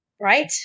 Right